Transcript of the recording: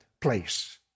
place